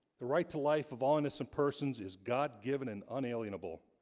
the right to life of all innocent persons is god-given and unalienable